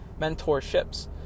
Mentorships